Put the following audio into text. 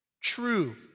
true